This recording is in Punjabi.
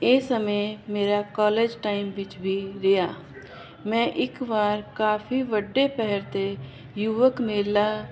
ਇਹ ਸਮੇਂ ਮੇਰਾ ਕਾਲਜ ਟਾਈਮ ਵਿੱਚ ਵੀ ਰਿਹਾ ਮੈਂ ਇੱਕ ਵਾਰ ਕਾਫੀ ਵੱਡੇ ਪਹਿਰ ਤੇ ਯੁਵਕ ਮੇਲਾ